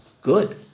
Good